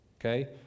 okay